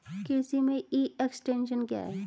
कृषि में e extension क्या है?